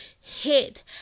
hit